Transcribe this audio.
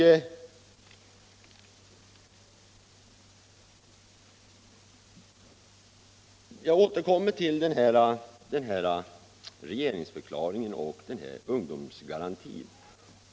Jag återkommer till regeringsförklaringen och ungdomsgarantin.